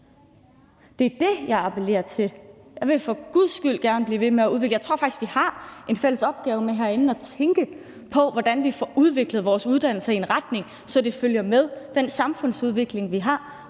Det er det, jeg appellerer til. Jeg tror faktisk, at vi har en fælles opgave herinde med at tænke på, hvordan vi får udviklet vores uddannelser i en retning, så det følger med den samfundsudvikling, vi har,